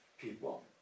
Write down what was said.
people